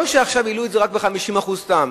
לא שעכשיו העלו את זה רק ב-50% סתם,